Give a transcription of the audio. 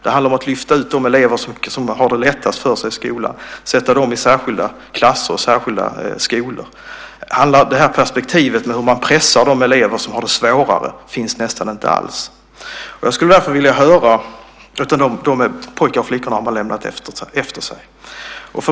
Det handlar om att lyfta ut de elever som har det lättast för sig i skolan och sätta dem i särskilda klasser och särskilda skolor. Perspektivet med hur man pressar de elever som har det svårare finns nästan inte alls. De pojkarna och flickorna har man lämnat efter sig.